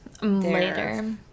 later